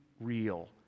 real